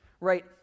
right